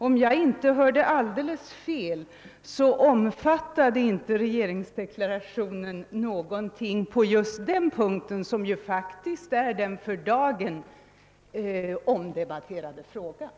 Om jag inte hörde fel omfattade inte regeringsdeklarationen någonting beträffande just den fråga som debatteras i dag.